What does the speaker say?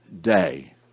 day